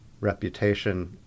reputation